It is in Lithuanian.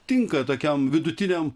tinka tokiam vidutiniam